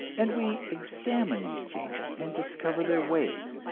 and we examine these changes and discover their ways.